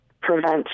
prevent